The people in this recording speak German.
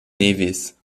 nevis